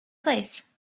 place